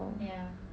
ya